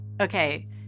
Okay